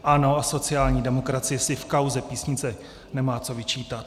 Ano, sociální demokracie si v kauze Písnice nemá co vyčítat.